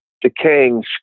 decaying